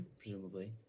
Presumably